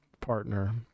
partner